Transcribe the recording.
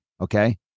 Okay